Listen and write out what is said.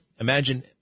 imagine